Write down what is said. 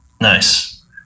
Nice